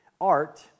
art